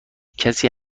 کسی